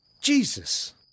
Jesus